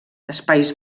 espais